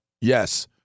Yes